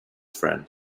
friend